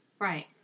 Right